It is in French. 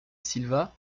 silva